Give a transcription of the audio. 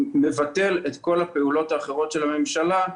שמבטל את כל הפעולות האחרות של הממשלה,